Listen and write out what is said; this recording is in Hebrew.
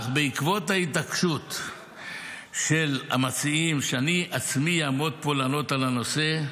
אך בעקבות ההתעקשות של המציעים שאני עצמי אעמוד פה לענות על הנושא,